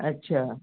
अच्छा